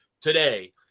today